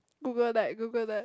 Google that Google that